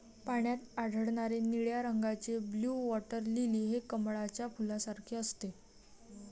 पाण्यात आढळणारे निळ्या रंगाचे ब्लू वॉटर लिली हे कमळाच्या फुलासारखे असते